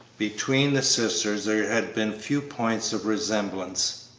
between the sisters there had been few points of resemblance.